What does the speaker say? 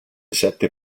sette